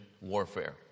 warfare